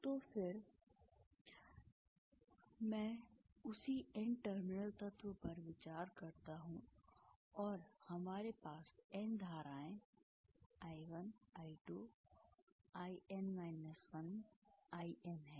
तो मैं फिर से उसी एन टर्मिनल तत्व पर विचार करता हूं और हमारे पास एन धाराएं I1I2 IN 1IN हैं